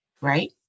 Right